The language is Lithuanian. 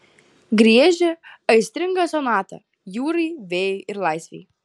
griežia aistringą sonatą jūrai vėjui ir laisvei